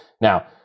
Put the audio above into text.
Now